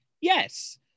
Yes